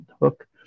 hook